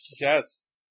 Yes